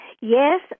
Yes